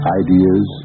ideas